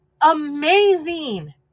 Amazing